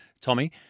Tommy